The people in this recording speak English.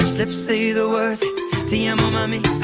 lips say the words te amo, mami,